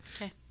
Okay